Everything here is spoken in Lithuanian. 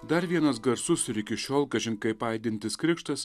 dar vienas garsus ir iki šiol kažin kaip aidintis krikštas